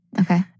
Okay